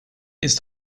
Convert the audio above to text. ist